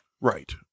Right